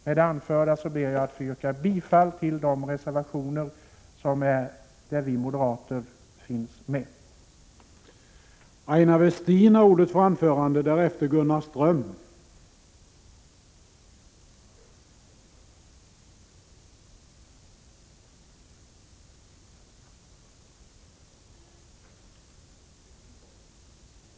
Med det anförda ber jag att få yrka bifall till de reservationer där vi moderater finns med.